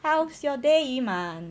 how's your day yi man